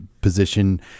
Position